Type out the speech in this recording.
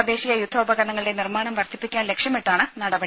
തദ്ദേശീയ യുദ്ധോപകരണങ്ങളുടെ നിർമ്മാണം വർദ്ധിപ്പിക്കാൻ ലക്ഷ്യമിട്ടാണ് നടപടി